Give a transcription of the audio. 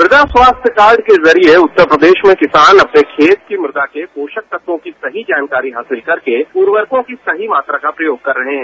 मृदा स्वास्थ्य कार्ड के जरिए उत्तर प्रदेश में किसान अपने के खेत की मृदा के पोषक तत्वों की सही जानकारी हासिल करके उर्वरकों की सही मात्रा का प्रयोग कर रहे हैं